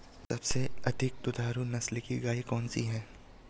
सबसे अधिक दुधारू नस्ल की गाय कौन सी है?